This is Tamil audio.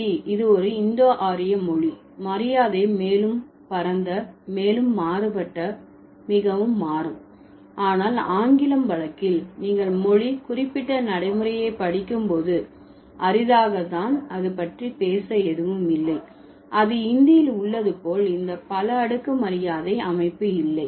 இந்தி இது ஒரு இந்தோ ஆரிய மொழி மரியாதை மேலும் பரந்த மேலும் மாறுபட்ட மிகவும் மாறும் ஆனால் ஆங்கிலம் வழக்கில் நீங்கள் மொழி குறிப்பிட்ட நடைமுறையை படிக்கும் போது அரிதாகத்தான் அது பற்றி பேச எதுவும் இல்லை அது இந்தியில் உள்ளது போல் இந்த பல அடுக்கு மரியாதை அமைப்பு இல்லை